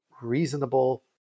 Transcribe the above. reasonable